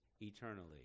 eternally